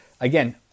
again